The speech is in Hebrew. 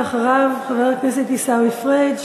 אחריו, חבר הכנסת עיסאווי פריג'